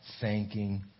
thanking